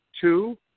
Two